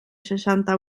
seixanta